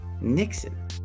Nixon